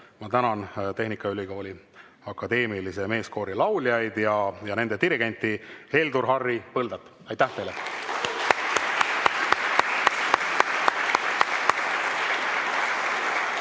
Ma tänan Tehnikaülikooli Akadeemilise Meeskoori lauljaid ja nende dirigenti Heldur Harry Põldat. Aitäh teile!